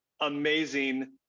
amazing